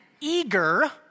eager